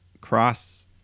Cross